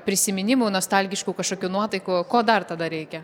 prisiminimų nostalgiškų kažkokių nuotaikų ko dar tada reikia